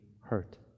hurt